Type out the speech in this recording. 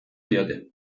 diote